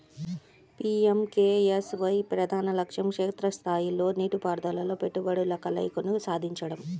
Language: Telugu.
పి.ఎం.కె.ఎస్.వై ప్రధాన లక్ష్యం క్షేత్ర స్థాయిలో నీటిపారుదలలో పెట్టుబడుల కలయికను సాధించడం